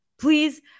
Please